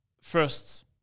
First